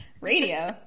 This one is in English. radio